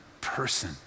person